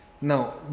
Now